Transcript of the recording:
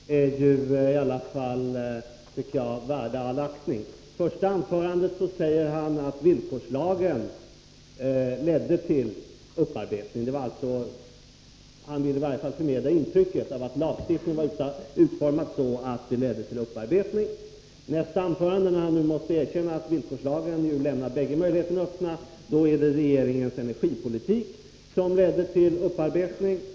Herr talman! Först några ord till Jan Bergqvist. Reträtter är, tycker jag, värda all aktning. I sitt första anförande sade Jan Bergqvist att villkorslagen ledde till upparbetning. Han ville i varje fall förmedla intrycket att lagstiftningen var utformad så, att den ledde till upparbetning. I nästa anförande — när han hade måst erkänna att villkorslagen ju lämnar bägge möjligheterna öppna — då var det regeringens energipolitik som ledde till upparbetning.